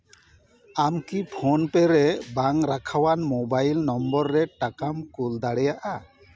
ᱟᱢᱠᱤ ᱯᱷᱳᱱᱯᱮ ᱨᱮ ᱵᱟᱝ ᱨᱟᱠᱷᱣᱟᱱ ᱢᱳᱵᱟᱭᱤᱞ ᱱᱚᱢᱵᱚᱨ ᱨᱮ ᱴᱟᱠᱟᱢ ᱠᱳᱞ ᱫᱟᱲᱮᱭᱟᱜᱼᱟ